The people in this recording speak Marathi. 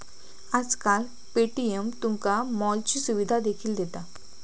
आजकाल पे.टी.एम तुमका मॉलची सुविधा देखील दिता